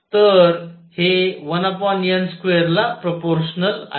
तर हे 1n2ला प्रोपोर्शनल आहे